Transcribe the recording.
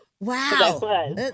Wow